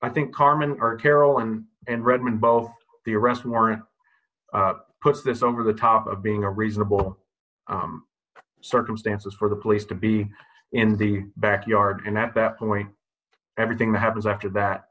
i think carmen are caroline and redmond both the arrest warrant puts this over the top of being a reasonable circumstances for the place to be in the backyard and at that point everything that happens after that